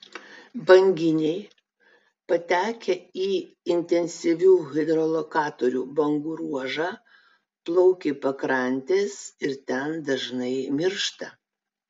banginiai patekę į intensyvių hidrolokatorių bangų ruožą plaukia į pakrantes ir ten dažnai miršta